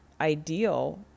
ideal